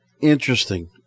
interesting